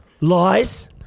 lies